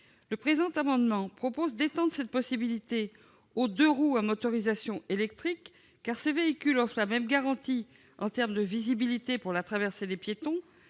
piétons. Nous proposons d'étendre cette possibilité aux deux-roues à motorisation électrique, car ces véhicules offrent les mêmes garanties en matière de visibilité pour la traversée des piétons.